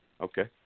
Okay